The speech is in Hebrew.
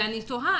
ואני תוהה,